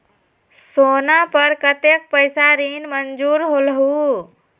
सोना पर कतेक पैसा ऋण मंजूर होलहु?